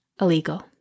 illegal